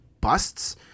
busts